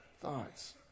thoughts